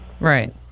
Right